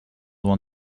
won